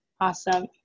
Awesome